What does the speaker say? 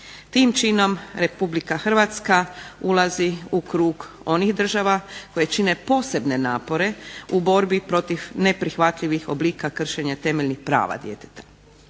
Tim činom RH ulazi u krug onih država koje čine posebne napore u borbi protiv neprihvatljivih oblika kršenja temeljnih prava djeteta.